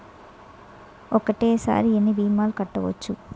ఒక్కటేసరి ఎన్ని భీమాలు కట్టవచ్చు?